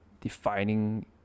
defining